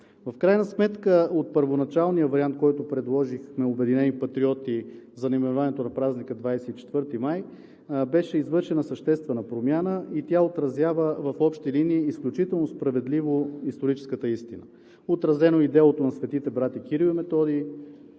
В крайна сметка от първоначалния вариант, който предложиха „Обединени патриоти“ за наименованието на празника 24 май, беше извършена съществена промяна и тя отразява в общи линии изключително справедливо историческата истина. Отразено е и непреходното дело на светите братя Кирил и Методий.